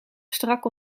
strak